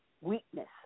weakness